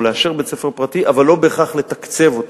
או לאשר בית-ספר פרטי אבל לא בהכרח לתקצב אותו.